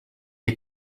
est